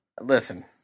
Listen